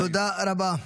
תודה רבה.